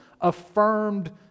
affirmed